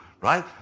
right